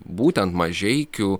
būtent mažeikių